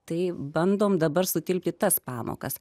tai bandom dabar sutilpti tas pamokas